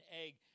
egg